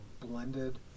blended